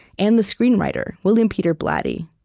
and the screenwriter, william peter blatty.